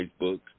Facebook